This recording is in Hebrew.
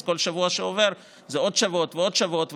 אז כל שבוע שעובר זה עוד שבועות ועוד שבועות,